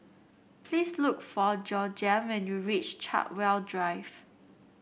please look for Georgiann when you reach Chartwell Drive